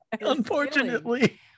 unfortunately